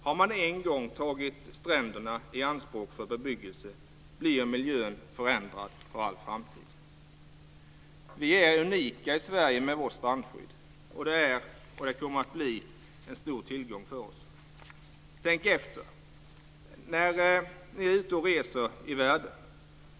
Har man en gång tagit stränderna i anspråk för bebyggelse så blir miljön förändrad för all framtid. Vi är unika i Sverige med vårt strandskydd. Det är, och det kommer att bli, en stor tillgång för oss. Tänk efter när ni är ute och reser i världen!